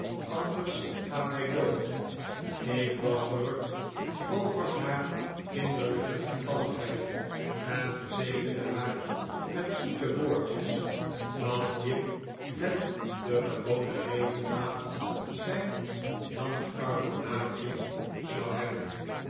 anders gaat hij dood ik was verrukt over haar kinderlijke lieftalligheid en verzekerde haar met zoete woordjes dat jip met de gewone regelmaat zijn lamskarbonaadje zou hebben